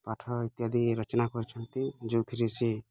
ପାଠ ଇତ୍ୟାଦି ରଚନା କରିଛନ୍ତି ଯେଉଁଥିରେ ସେ